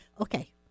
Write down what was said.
Okay